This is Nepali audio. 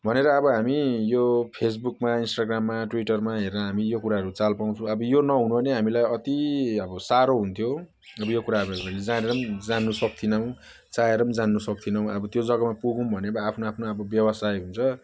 भनेर अब हामी यो फेसबुकमा इस्टाग्राममा ट्विटरमा हेरेर हामी यो कुराहरू चाल पाउँछु अब यो नहुनु हो भने हामीलाई अति अब साह्रो हुन्थ्यो अब यो कुराहरू मैले जानेर जान्नु सक्दैनौँ चाहेर जान्नु सक्दैनौँ अब त्यो जगामा पुगौँ भने आफ्नो आफ्नो अब व्यवसाय हुन्छ